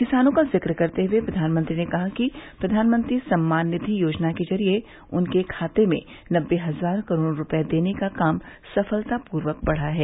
किसानों का जिक्र करते हुए प्रधानमंत्री ने कहा कि प्रधानमंत्री सम्मान निधि योजना के जरिये उनके खाते में नब्बे हजार करोड़ रुपये देने का काम सफलतापूर्वक बढ़ा है